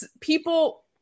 people